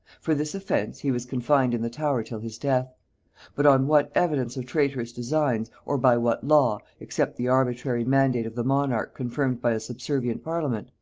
for this offence he was confined in the tower till his death but on what evidence of traitorous designs, or by what law, except the arbitrary mandate of the monarch confirmed by a subservient parliament,